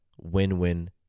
Win-win